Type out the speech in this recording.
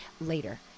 later